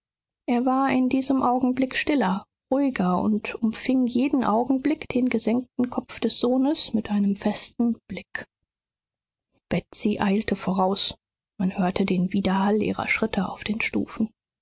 er war in diesem augenblick stiller ruhiger und umfing jeden augenblick den gesenkten kopf des sohnes mit einem festen blick betsy eilte voraus man hörte den widerhall ihrer schritte auf den stufen